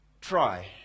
try